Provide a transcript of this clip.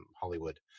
Hollywood